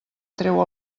treu